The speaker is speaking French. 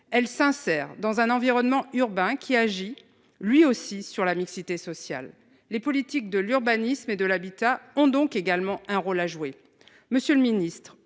Elle s'insère dans un environnement urbain qui agit lui aussi sur la mixité sociale. Les politiques de l'urbanisme et de l'habitat ont donc également un rôle à jouer.